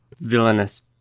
villainous